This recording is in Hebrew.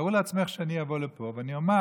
תארו לעצמכם שאני אבוא לפה ואני אומר: